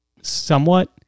somewhat